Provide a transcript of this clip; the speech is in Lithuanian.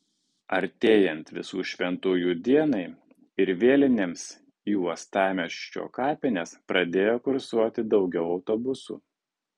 artėjant visų šventųjų dienai ir vėlinėms į uostamiesčio kapines pradėjo kursuoti daugiau autobusų